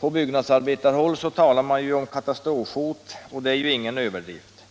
På byggnadsarbetarhåll talar man om katastrofhot, och det är ingen överdrift.